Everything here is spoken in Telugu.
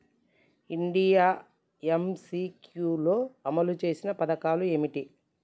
ఇండియా ఎమ్.సి.క్యూ లో అమలు చేసిన పథకాలు ఏమిటి?